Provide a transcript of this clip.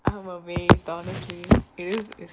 I'm amazed honestly it is it just